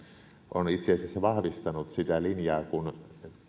on itse asiassa vahvistanut sitä linjaa sillä kun